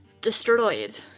destroyed